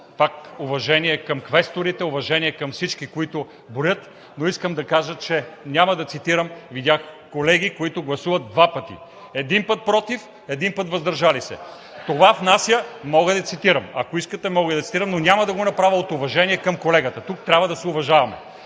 пак – уважение към квесторите, уважение към всички, които броят, но искам да кажа, че, няма да цитирам, видях колеги, които гласуват два пъти – един път „против“, един път „въздържал се“. Това внася... (Шум и реплики вдясно.) Мога да цитирам. Ако искате, мога да цитирам, но няма да го направя от уважение към колегата. Тук трябва да се уважаваме.